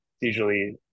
usually